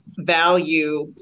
value